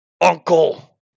uncle